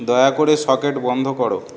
দয়া করে সকেট বন্ধ করো